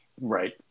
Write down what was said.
Right